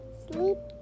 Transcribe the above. sleep